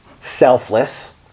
selfless